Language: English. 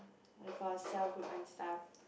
with her cell group and stuff